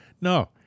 No